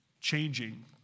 changing